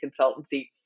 consultancy